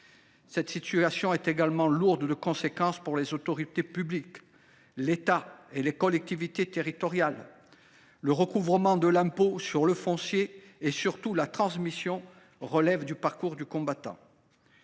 Cette situation est également lourde de conséquences pour les autorités publiques, l’État et les collectivités territoriales. Le recouvrement de l’impôt sur le foncier et surtout des droits de succession relève d’un parcours du combattant.